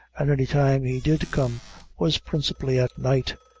and any time he did come was principally at night,